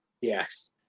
Yes